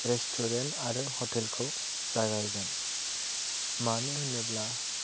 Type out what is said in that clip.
restaurant आरो हटेलखौ जागायगोन मानो होनोब्ला